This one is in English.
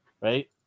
right